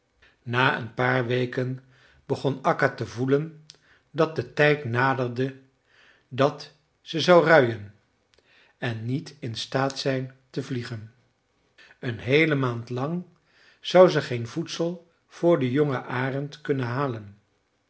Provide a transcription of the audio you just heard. na een paar weken begon akka te voelen dat de tijd naderde dat ze zou ruiën en niet in staat zijn te vliegen een heele maand lang zou ze geen voedsel voor den jongen arend kunnen halen